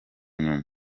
nyuma